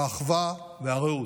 האחווה והרעות.